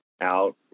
out